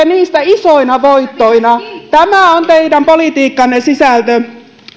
niistä isoina voittoina tämä on teidän politiikkanne sisältö